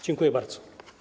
Dziękuję bardzo.